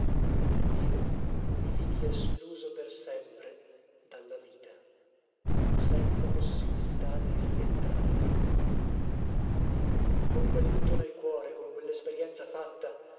io mi vidi escluso per sempre dalla vita senza possibilità di rientrarvi con quel lutto nel cuore con quellesperienza fatta